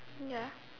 ya